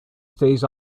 stays